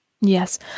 Yes